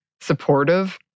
supportive